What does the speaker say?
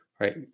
Right